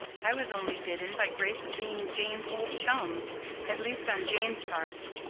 i was only bidden by grace of being jane's old chum at least on jane's part.